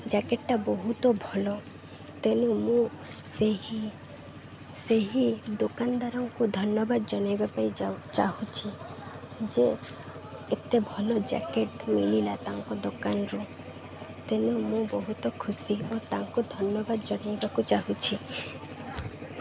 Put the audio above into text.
ଜ୍ୟାକେଟ୍ଟା ବହୁତ ଭଲ ତେଣୁ ମୁଁ ସେହି ସେହି ଦୋକାନଦାରଙ୍କୁ ଧନ୍ୟବାଦ ଜଣାଇବା ପାଇଁ ଚାହୁଁଛି ଯେ ଏତେ ଭଲ ଜ୍ୟାକେଟ୍ ମିଳିଲା ତାଙ୍କ ଦୋକାନରୁ ତେଣୁ ମୁଁ ବହୁତ ଖୁସି ଓ ତାଙ୍କୁ ଧନ୍ୟବାଦ ଜଣେଇବାକୁ ଚାହୁଁଛି